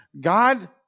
God